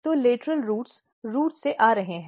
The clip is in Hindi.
तो लेटरल रूट्स रूट्स से आ रहे हैं